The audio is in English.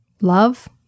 love